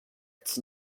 its